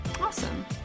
Awesome